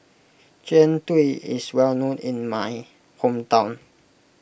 Jian Dui is well known in my hometown